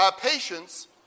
patience